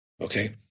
okay